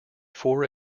four